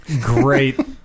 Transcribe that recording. great